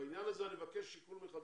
בעניין הזה אני מבקש שיקול מחדש.